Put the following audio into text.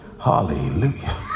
hallelujah